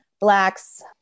Blacks